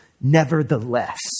nevertheless